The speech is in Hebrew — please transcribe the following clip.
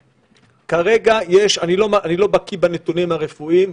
אני לא בקיא בנתונים הרפואיים,